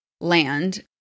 land